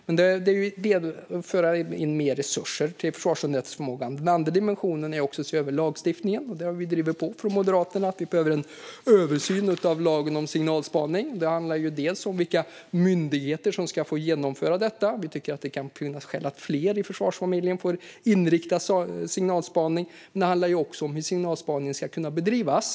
Det handlar om att föra in mer resurser till försvarsunderrättelseförmågan. Den andra dimensionen är att se över lagstiftningen. Där har vi drivit på från Moderaterna att vi behöver en översyn av lagen om signalspaning. Det handlar dels om vilka myndigheter som ska få genomföra detta. Vi tycker att det kan finnas skäl för att fler i försvarsfamiljen får inrikta signalspaning. Men det handlar också om hur signalspaningen ska kunna bedrivas.